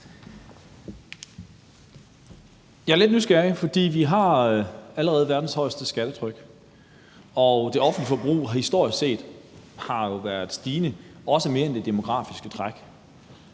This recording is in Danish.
Jeg er lidt nysgerrig, for vi har allerede verdens højeste skattetryk, og det offentlige forbrug har jo historisk set været stigende, også mere end det demografiske træk.